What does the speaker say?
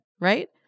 right